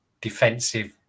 defensive